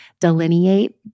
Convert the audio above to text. delineate